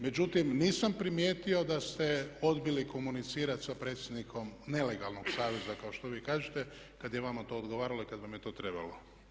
Međutim, nisam primijetio da ste odbili komunicirati sa predsjednikom nelegalnog saveza kao što vi kažete kad je vama to odgovaralo i kad vam je to trebalo.